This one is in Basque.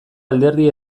alderdi